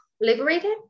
liberated